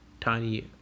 tiny